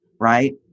right